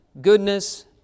goodness